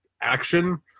action